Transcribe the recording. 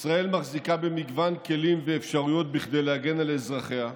ישראל מחזיקה במגוון כלים ואפשרויות כדי להגן על אזרחיה,